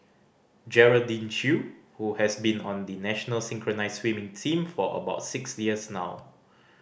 Geraldine Chew who has been on the national synchronised swimming team for about six years now